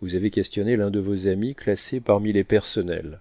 vous avez questionné l'un de vos amis classé parmi les personnels